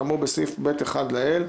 כאמור בסעיף (ב)(1) לעיל,